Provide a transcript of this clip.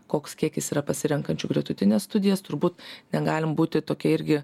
koks kiekis yra pasirenkančių gretutines studijas turbūt negalim būti tokie irgi